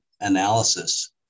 analysis